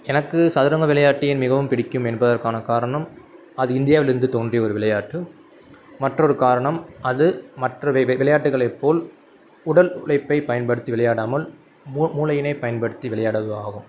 எனக்கு சதுரங்க விளையாட்டு ஏன் மிகவும் பிடிக்கும் என்பதற்கான காரணம் அது இந்தியாவிலிருந்து தோன்றிய ஒரு விளையாட்டு மற்றொரு காரணம் அது மற்ற வெ விளையாட்டுகளைப் போல் உடல் உழைப்பை பயன்படுத்தி விளையாடாமல் மூ மூளையினைப் பயன்படுத்தி விளையாடுவது ஆகும்